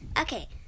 Okay